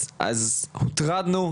אז הוטרדנו,